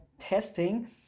testing